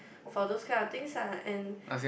for those kind of things ah and